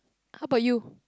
how about you